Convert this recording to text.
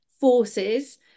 forces